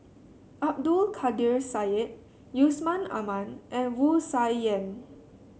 Abdul Kadir Syed Yusman Aman and Wu Tsai Yen